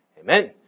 Amen